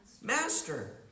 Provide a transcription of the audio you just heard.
Master